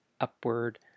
upward